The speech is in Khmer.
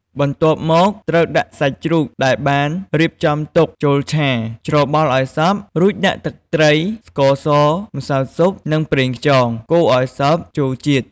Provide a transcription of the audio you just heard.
បន្ទាប់មកត្រូវដាក់សាច់ជ្រូកដែលបានរៀបចំទុកចូលឆា ច្របល់ឱ្យសព្វ រួចដាក់ ទឹកត្រី ស្ករស ម្សៅស៊ុប និងប្រេងខ្យង កូរឱ្យសព្វចូលជាតិ។